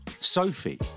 Sophie